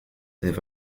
with